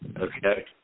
Okay